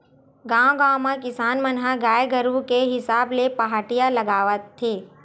गाँव गाँव म किसान मन ह गाय गरु के हिसाब ले पहाटिया लगाथे